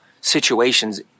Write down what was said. situations